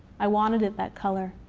i wanted it that color.